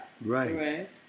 Right